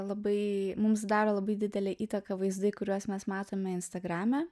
labai mums daro labai didelę įtaką vaizdai kuriuos mes matome instagrame